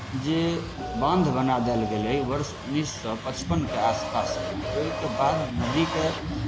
जे बान्ध बना देल गेलै वर्ष उन्नैस सए पचपनके आस पासमे ओहिके बाद नदीके